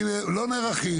לא נערכים.